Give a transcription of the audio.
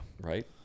Right